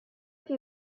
few